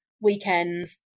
weekends